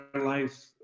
life